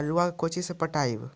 आलुआ के कोचि से पटाइए?